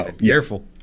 Careful